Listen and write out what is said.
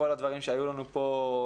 כל הדברים שהיו לנו פה,